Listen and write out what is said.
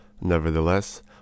Nevertheless